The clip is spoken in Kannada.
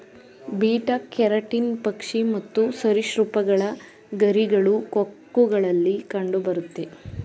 ಬೀಟಾ ಕೆರಟಿನ್ ಪಕ್ಷಿ ಮತ್ತು ಸರಿಸೃಪಗಳ ಗರಿಗಳು, ಕೊಕ್ಕುಗಳಲ್ಲಿ ಕಂಡುಬರುತ್ತೆ